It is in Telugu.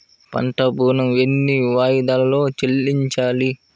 పంట ఋణం ఎన్ని వాయిదాలలో చెల్లించాలి?